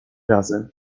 razem